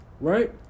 Right